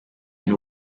n’u